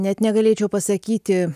net negalėčiau pasakyti